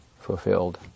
fulfilled